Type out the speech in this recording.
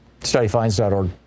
studyfinds.org